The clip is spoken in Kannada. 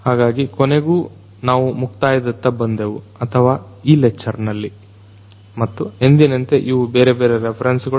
ಹಾಗಾಗಿ ಕೊನೆಗೂ ನಾವು ಮುಕ್ತಾಯದತ್ತ ಬಂದೆವು ಅಥವಾ ಈ ಲೆಕ್ಚರ್ನಲ್ಲಿ ಮತ್ತು ಎಂದಿನಂತೆ ಇವು ಬೇರೆ ಬೇರೆ ರೆಫರೆನ್ಸ್ ಗಳು